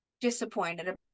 disappointed